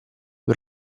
per